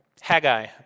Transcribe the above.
Haggai